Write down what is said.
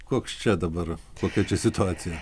koks čia dabar kokia čia situacija